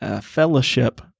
fellowship